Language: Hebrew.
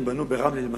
אם בנו למשל